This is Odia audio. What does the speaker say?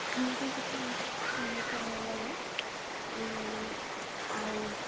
ହିନ୍ଦୀ ଗୀତ ମୋତେ ବହୁତ ଭଲ ଲାଗେ ଆଉ